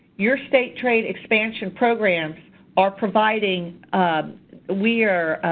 your state trade expansion programs are providing we are